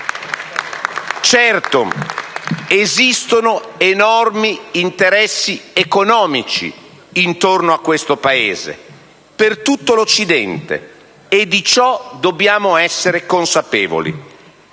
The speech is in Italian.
Certo, esistono enormi interessi economici intorno a questo Paese per tutto l'Occidente. Dobbiamo essere consapevoli